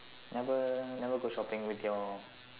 never never go shopping with your